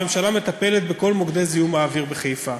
הממשלה מטפלת בכל מוקדי זיהום האוויר בחיפה,